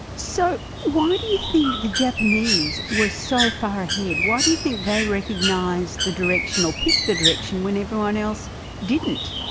so why do you think the japanese were so far ahead? why do you think they recognised the direction, or picked the direction when everyone else didn't?